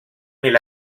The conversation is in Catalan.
mil